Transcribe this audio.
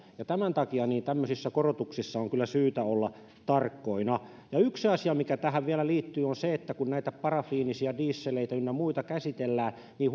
tämän takia tämmöisissä korotuksissa on kyllä syytä olla tarkkoina ja yksi asia mikä tähän vielä liittyy on se että kun näitä parafiinisiä dieseleitä ynnä muita käsitellään niin